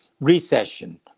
recession